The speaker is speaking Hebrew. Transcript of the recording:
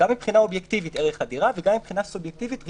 גם מבחינה אובייקטיבית ערך הדירה וגם מבחינה סובייקטיבית רווחתם,